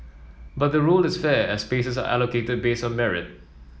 but the rule is fair as spaces are allocated based on merit